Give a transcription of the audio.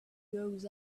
grows